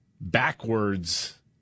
backwards